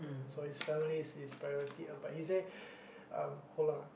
so his family is his priority lah but he say um hold on